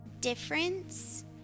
difference